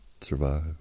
survive